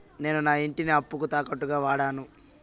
నేను నా ఇంటిని అప్పుకి తాకట్టుగా వాడాను